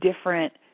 different